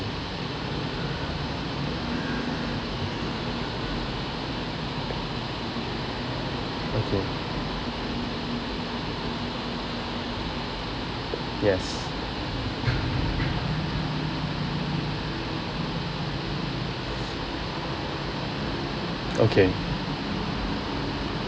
okay yes okay